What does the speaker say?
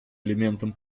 элементом